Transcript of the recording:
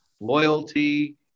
loyalty